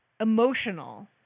emotional